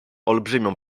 olbrzymią